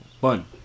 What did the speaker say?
Fun